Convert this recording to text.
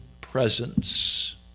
presence